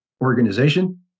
organization